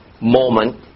moment